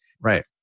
Right